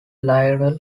lionel